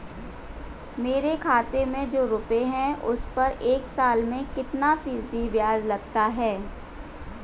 मेरे खाते में जो रुपये हैं उस पर एक साल में कितना फ़ीसदी ब्याज लगता है?